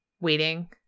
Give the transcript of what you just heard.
waiting